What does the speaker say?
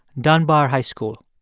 dunbar high school.